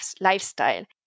lifestyle